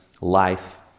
life